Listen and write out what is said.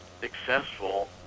successful